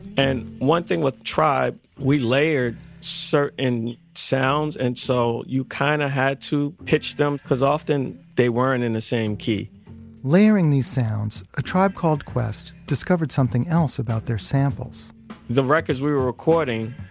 and one thing with tribe, we layered so certain sounds, and so you kind of had to pitch them because often they weren't in the same key layering these sounds, a tribe called quest discovered something else about their samples the records we were recording,